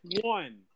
one